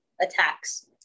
attacks